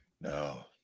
No